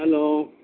hello